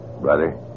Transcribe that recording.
brother